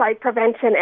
prevention